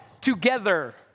together